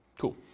Cool